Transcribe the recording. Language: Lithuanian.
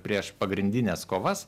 prieš pagrindines kovas